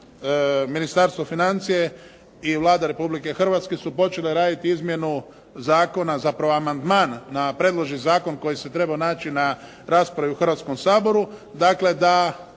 Ministarstvo financija i Vlada Republike Hrvatske su počeli raditi izmjenu zakona, zapravo amandman na predloženi zakon koji se treba naći na raspravi u Hrvatskom saboru, dakle da